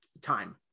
time